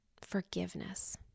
forgiveness